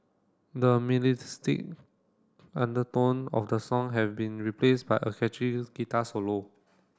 the undertone of the song have been replaced by a catchy guitar solo